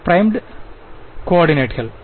பிரைமுடு கோஆர்டினேட்டுகல்